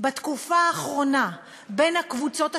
בתקופה האחרונה בין הקבוצות השונות,